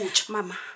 Mama